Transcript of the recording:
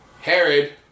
Herod